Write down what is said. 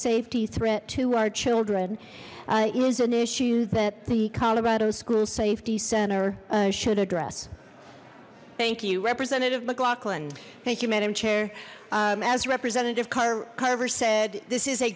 safety threat to our children is an issue that the colorado school safety center should address thank you representative mclaughlin thank you madam chair as a representative car carver said this is a